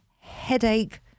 headache